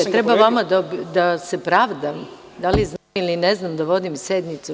Jel treba ja da vam se pravdam da li znam ili ne znam da vodim sednicu.